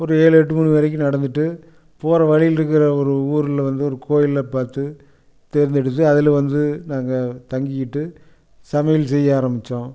ஒரு ஏழு எட்டு மணி வரைக்கும் நடந்துவிட்டு போகிற வழியிலிருக்குற ஒரு ஊரில் வந்து ஒரு கோயிலை பார்த்து தேர்ந்தெடுத்து அதில் வந்து நாங்கள் தங்கிகிட்டு சமையல் செய்ய ஆரம்பித்தோம்